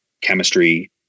chemistry